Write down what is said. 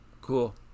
Cool